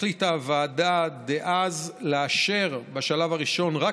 החליטה הוועדה דאז לאשר בשלב הראשון רק